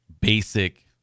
Basic